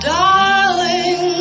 darling